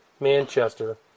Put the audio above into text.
Manchester